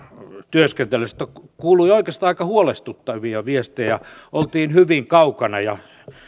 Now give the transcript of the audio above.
työskentelystä kuului oikeastaan aika huolestuttavia viestejä oltiin hyvin kaukana